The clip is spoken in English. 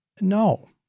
no